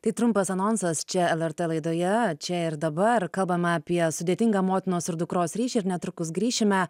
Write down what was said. tai trumpas anonsas čia lrt laidoje čia ir dabar kalbame apie sudėtingą motinos ir dukros ryšį ir netrukus grįšime